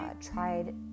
tried